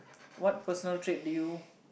what personal trait do you